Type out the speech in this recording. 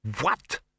What